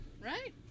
right